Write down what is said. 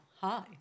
Hi